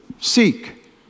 seek